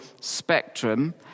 spectrum